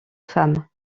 femmes